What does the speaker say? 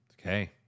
Okay